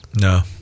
No